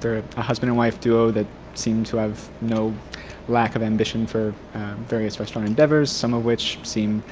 they're a husband and wife duo that seem to have no lack of ambition for various restaurant endeavors, some of which seem